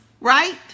right